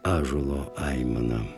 ąžuolo aimana